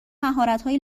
مهارتهای